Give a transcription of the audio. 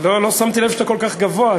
לא שמתי לב שאתה כל כך גבוה.